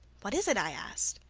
what is it i asked.